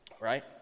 Right